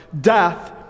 death